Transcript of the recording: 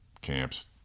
camps